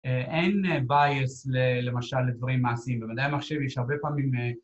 ‫אין bias למשל לדברים מעשיים. ‫במדעי המחשב יש הרבה פעמים...